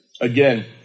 Again